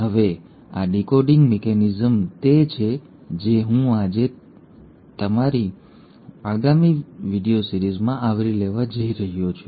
હવે આ decoding mechanism તે છે જે હું આજે અને મારી આગામી વિડિઓમાં આવરી લેવા જઇ રહ્યો છું